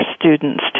students